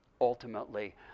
ultimately